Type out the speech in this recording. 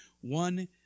one